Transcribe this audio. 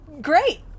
Great